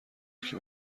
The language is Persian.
یکی